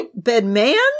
Bedman